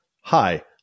Hi